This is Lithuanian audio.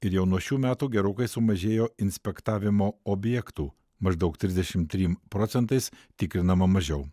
ir jau nuo šių metų gerokai sumažėjo inspektavimo objektų maždaug trisdešim trim procentais tikrinama mažiau